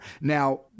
Now